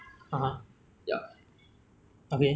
that will be good for everybody right should be the healthcare lah